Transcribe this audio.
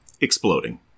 exploding